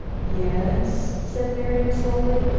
yes-s, said marian slowly,